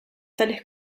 tales